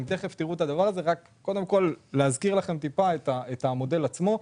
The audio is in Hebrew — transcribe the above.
אני רוצה רגע להזכיר לכם את המודל עצמו.